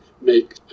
make